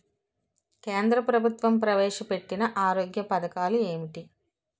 కేంద్ర ప్రభుత్వం ప్రవేశ పెట్టిన ఆరోగ్య పథకాలు ఎంటి?